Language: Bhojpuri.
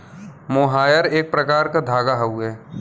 मोहायर एक प्रकार क धागा हउवे